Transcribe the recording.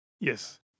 Yes